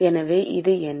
எனவே இது என்ன